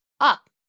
up